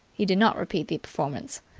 he did not repeat the performance.